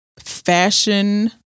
fashion